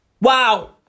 Wow